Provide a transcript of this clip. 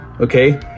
okay